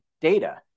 data